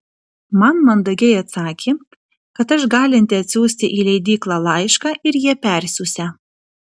man mandagiai atsakė kad aš galinti atsiųsti į leidyklą laišką ir jie persiųsią